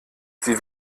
sie